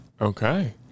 Okay